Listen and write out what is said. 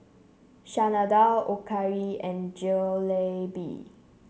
Chana Dal Okayu and Jalebi